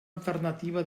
alternativa